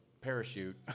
parachute